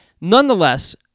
Nonetheless